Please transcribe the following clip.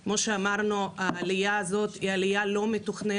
כאמור, העלייה הזו היא לא מתוכננת.